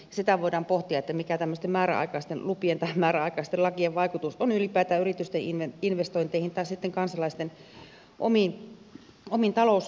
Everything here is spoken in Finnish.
sitä voidaan pohtia mikä tämmöisten määräaikaisten lupien tai lakien vaikutus on ylipäätään yritysten investointeihin tai sitten kansalaisten omiin taloussuunnitelmiin